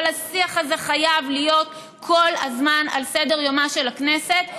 אבל השיח הזה חייב להיות כל הזמן על סדר-יומה של הכנסת,